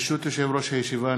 ברשות יושב-ראש הישיבה,